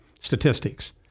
statistics